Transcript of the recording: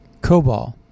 COBOL